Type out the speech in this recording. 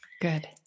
Good